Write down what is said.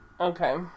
Okay